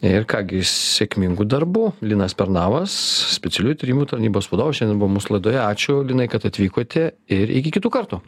ir ką gi sėkmingų darbų linas pernavas specialiųjų tyrimų tarnybos vadovas šiandien buvo mūsų laidoje ačiū linai kad atvykote ir iki kitų kartų